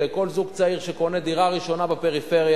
לכל זוג צעיר שקונה דירה ראשונה בפריפריה.